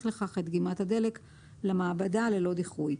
לכך את דגימת הדלק למעבדה ללא דיחוי.